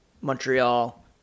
Montreal